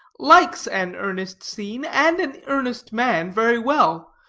likes an earnest scene, and an earnest man, very well,